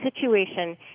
situation